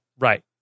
Right